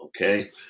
okay